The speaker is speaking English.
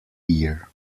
year